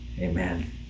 Amen